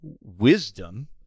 wisdom